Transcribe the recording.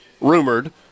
rumored